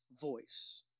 voice